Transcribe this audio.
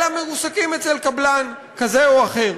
אלא מועסקים אצל קבלן כזה או אחר.